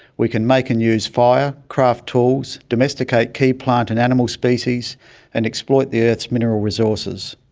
we can make and use fire, craft tools, domesticate key plant and animal species and exploit the earth's mineral resources.